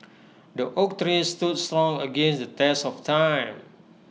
the oak tree stood strong against the test of time